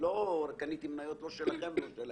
לא קניתי מניות לא שלכם ולא שלהם.